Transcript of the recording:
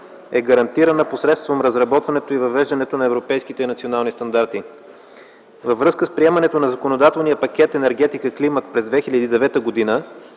е гарантирана посредством разработването и въвеждането на европейските и национални стандарти. Във връзка с приемането на законодателния пакет „Енергетика – Климат 2009 г.”